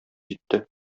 җитте